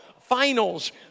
finals